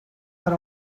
per